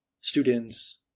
students